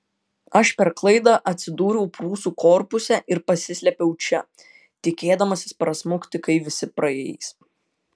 aš per klaidą atsidūriau prūsų korpuse ir pasislėpiau čia tikėdamasis prasmukti kai visi praeis